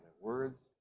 Words